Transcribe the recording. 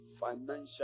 financial